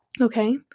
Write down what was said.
Okay